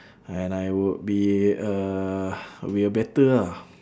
and I would be uh will better ah